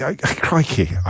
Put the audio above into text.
Crikey